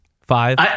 Five